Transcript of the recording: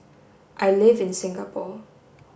I live in Singapore